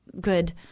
good